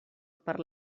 per